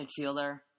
midfielder